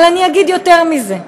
אבל אני אגיד יותר מזה.